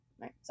Right